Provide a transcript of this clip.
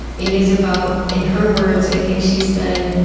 it is about, in her words, i think she said